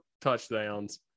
touchdowns